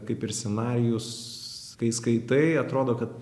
kaip ir scenarijus kai skaitai atrodo kad